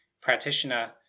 practitioner